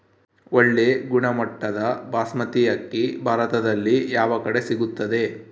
ಒಳ್ಳೆ ಗುಣಮಟ್ಟದ ಬಾಸ್ಮತಿ ಅಕ್ಕಿ ಭಾರತದಲ್ಲಿ ಯಾವ ಕಡೆ ಸಿಗುತ್ತದೆ?